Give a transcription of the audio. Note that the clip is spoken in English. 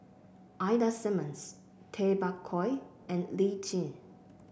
Ida Simmons Tay Bak Koi and Lee Tjin